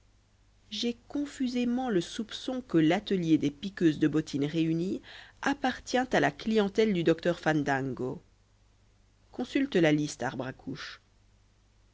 j'ai confusément le soupçon que l'atelier des piqueuses de bottines réunies appartient à la clientèle du docteur fandango consulte la liste